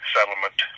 settlement